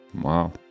Wow